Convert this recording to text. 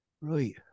Right